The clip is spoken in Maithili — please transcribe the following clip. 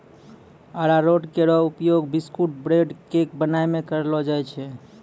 अरारोट केरो उपयोग बिस्कुट, ब्रेड, केक बनाय म कयलो जाय छै